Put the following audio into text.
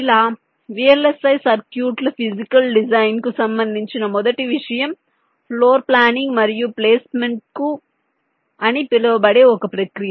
ఇలా VLSI సర్క్యూట్ల physical design కు సంబంధించిన మొదటి విషయం ఫ్లోర్ ప్లానింగ్ మరియు ప్లేస్మెంట్ అని పిలువబడే ఒక ప్రక్రియ